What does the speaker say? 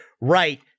right